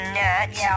nuts